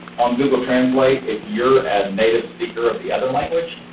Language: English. on google translate if you're a native speaker of the other language,